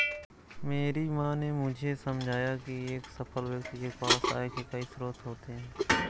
मेरी माँ ने मुझे समझाया की एक सफल व्यक्ति के पास आय के कई स्रोत होते हैं